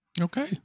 Okay